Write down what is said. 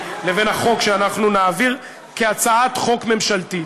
לבין החוק שאנחנו נעביר כהצעת חוק ממשלתית.